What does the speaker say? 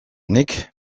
nik